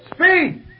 Speed